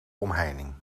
omheining